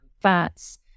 fats